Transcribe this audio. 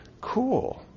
cool